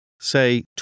Say